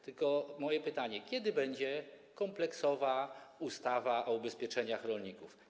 Tylko moje pytanie: Kiedy będzie kompleksowa ustawa o ubezpieczeniach rolników?